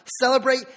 celebrate